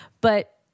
But-